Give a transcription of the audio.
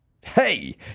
Hey